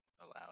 allowed